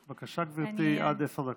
בבקשה, גברתי, עד עשר דקות.